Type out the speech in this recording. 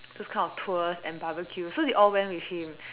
those kind of tours and barbecue so they all went with him